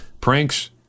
pranks